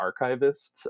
Archivists